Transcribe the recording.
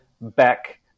back